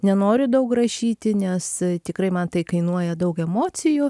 nenoriu daug rašyti nes tikrai man tai kainuoja daug emocijų